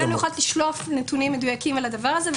אין לנו יכולת לשלוף נתונים מדויקים על הדבר הזה,